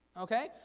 okay